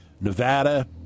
Nevada